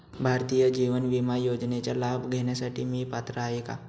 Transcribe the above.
भारतीय जीवन विमा योजनेचा लाभ घेण्यासाठी मी पात्र आहे का?